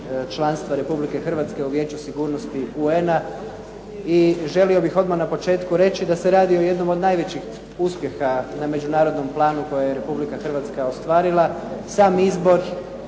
članstva Republike Hrvatske u Vijeću sigurnosti UN-a i želio bih odmah na početku reći da se radi o jednom od najvećih uspjeha na međunarodnom planu koje je Republika Hrvatska ostvarila. Sam izbor